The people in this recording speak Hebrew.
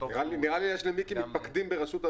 נראה לי שיש למיקי מתפקדים ברשות הדואר.